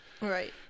Right